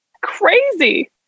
crazy